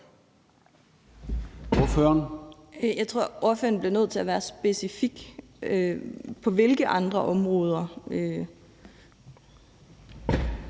(SF): Jeg tror, spørgeren bliver nødt til at være specifik. Hvilke andre områder